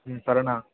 तरुणा